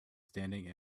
standing